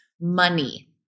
money